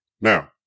Now